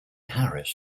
harris